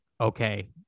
okay